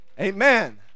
Amen